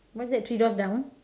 what's that three doors down